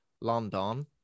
London